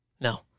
No